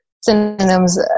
synonyms